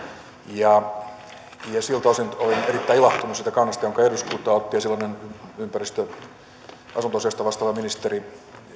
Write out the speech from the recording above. ja siltä osin olen erittäin ilahtunut siitä kannasta jonka eduskunta otti ja silloinen ympäristö ja asuntoasioista vastaava ministeri